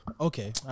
Okay